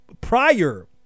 prior